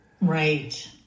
Right